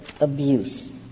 abuse